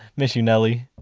miss you, nelly.